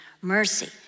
mercy